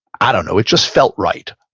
i don't know. it just felt right.